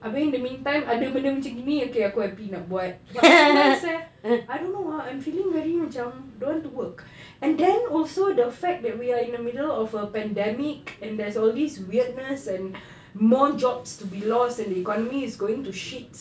abeh in the meantime ada benda macam gini okay aku happy nak buat I don't know why sia I don't know ah I'm feeling macam don't want to work and then also the fact that we are in the middle of a pandemic and there's all this weirdness and more jobs to be lost and the economy is going to shit